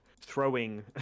throwing